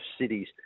cities